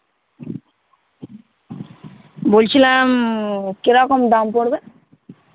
বলছিলাম কিরকম দাম পড়বে